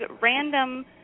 random